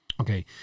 okay